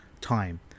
time